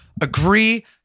agree